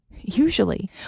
Usually